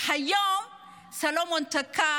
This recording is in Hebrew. והיום סלומון טקה,